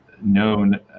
known